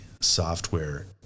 software